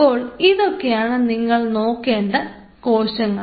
അപ്പോൾ ഇതൊക്കെയാണ് നിങ്ങൾക്ക് നോക്കേണ്ട കോശങ്ങൾ